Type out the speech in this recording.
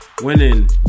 winning